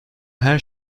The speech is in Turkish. her